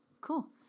cool